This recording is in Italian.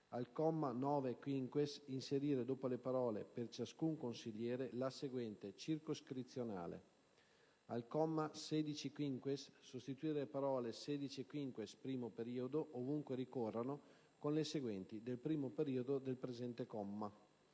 al comma 9-*quinquies* inserire dopo le parole: «per ciascun consigliere», la seguente: «circoscrizionale»; - al comma 16-*quinquies*, sostituire le parole: «16-*quinquies*, primo periodo», ovunque ricorrano, con le seguenti: «del primo periodo del presente comma»;